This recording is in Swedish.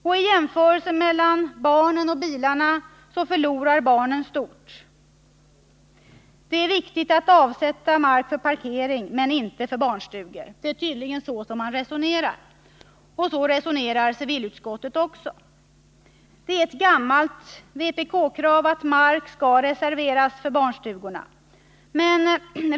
I jämförelsen mellan barnen och bilarna förlorar barnen stort. Det är viktigt att avsätta mark för parkering men inte för barnstugor — det är tydligen så man resonerar, och så resonerar civilutskottet också. Det är ett gammalt vpk-krav att mark skall reserveras för barnstugorna.